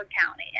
County